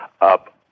up